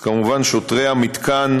אז כמובן שוטרי המתקן,